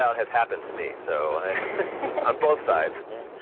has happened to me, so on both sides yeah.